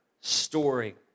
story